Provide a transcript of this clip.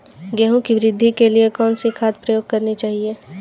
गेहूँ की वृद्धि के लिए कौनसी खाद प्रयोग करनी चाहिए?